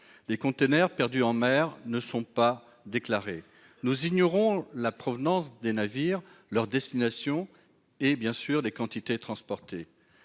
Les containers perdus en mer ne sont pas déclarés ! Nous ignorons la provenance des navires, leur destination et, bien entendu, les quantités transportées